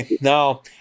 No